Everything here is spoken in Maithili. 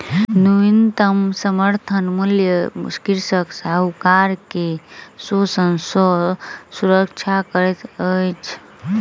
न्यूनतम समर्थन मूल्य कृषक साहूकार के शोषण सॅ सुरक्षा करैत अछि